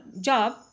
job